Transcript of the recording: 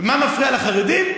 מה מפריע לחרדים?